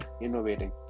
innovating